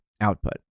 output